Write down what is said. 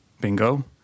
Bingo